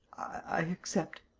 i accept.